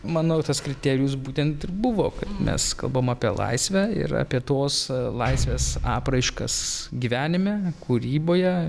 manau tas kriterijus būtent ir buvo mes kalbam apie laisvę ir apie tos laisvės apraiškas gyvenime kūryboje